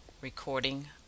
Recording